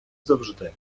завжди